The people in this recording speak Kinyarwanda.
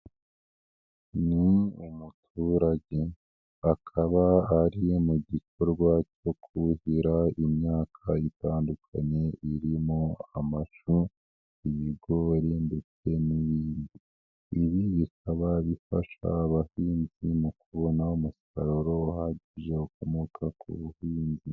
Ni umuturage hakaba hari mu gikorwa cyo kuhira imyaka itandukanye, irimo amashu, ibigori ndetse n'ibindi. Ibi bikaba bifasha abahinzi mu kubona umusaruro uhagije ukomoka ku buhinzi.